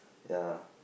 ya